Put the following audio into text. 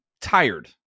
tired